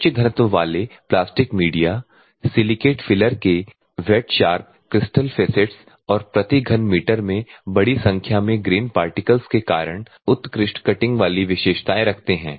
उच्च घनत्व वाले प्लास्टिक मीडिया सिलिकेट फिलर के वेट शार्प क्रिस्टल फेसेट्स और प्रति घन मीटर में बड़ी संख्या में ग्रेन पार्टिकल्स के कारण उत्कृष्ट कटिंग वाली विशेषताएं रखते हैं